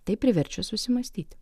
tai priverčia susimąstyti